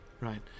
right